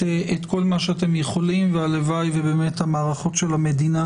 כל מה שאתם יכולים והלוואי ובאמת המערכות של המדינה